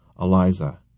Eliza